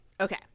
Okay